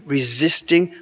Resisting